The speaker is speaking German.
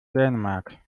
dänemark